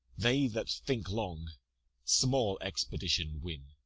they that think long small expedition win,